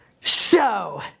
Show